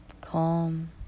Calm